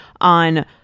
on